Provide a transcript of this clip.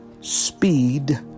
speed